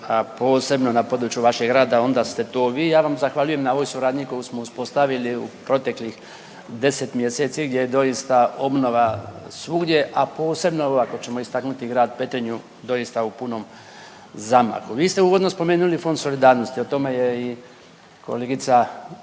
posebno na području vašeg grada onda ste to vi. Ja vam zahvaljujem na ovoj suradnji koju smo uspostavili u proteklih 10 mjeseci gdje je doista obnova svugdje a posebno ako ćemo istaknuti grad Petrinju doista u punom zamahu. Vi ste uvodno spomenuli Fond solidarnosti. O tome je i kolegica